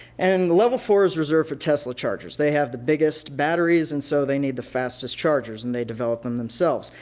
and the level four is reserved for tesla chargers. they have the biggest batteries and so they need the fastest chargers and they developed them themselves.